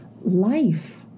life